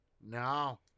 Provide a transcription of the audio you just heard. No